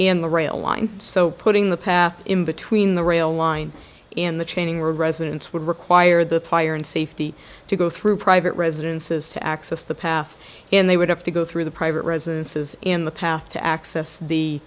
and the rail line so putting the path in between the rail line in the chaining residents would require the fire and safety to go through private residences to access the path and they would have to go through the private residences in the path to access the